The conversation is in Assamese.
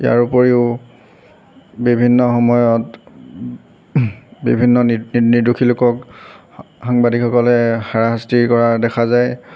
ইয়াৰ উপৰিও বিভিন্ন সময়ত বিভিন্ন নি নিৰ্দোষী লোকক সাংবাদিকসকলে হাৰাশাস্তি কৰা দেখা যায়